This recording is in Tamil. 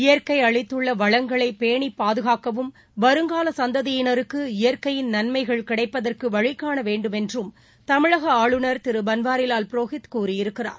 இயற்கைஅளித்துள்ளவளங்களைபேணிபாதுகாக்கவும் வருங்காலசந்ததியினருக்கு இயற்கையின் நன்மைகள் கிடைப்பதற்குவழிகாணவேண்டும் என்றும் தமிழகஆளுநர் திருபன்வாரிவால் புரோஹித் கூறியிருக்கிறார்